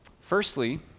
Firstly